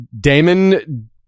Damon